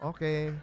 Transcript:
Okay